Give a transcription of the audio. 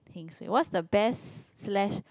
heng suay what's the best slash